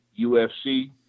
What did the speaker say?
UFC